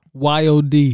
YOD